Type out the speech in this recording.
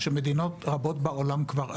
שמדינות רבות בעולם כבר עשו.